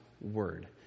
word